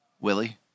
Willie